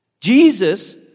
Jesus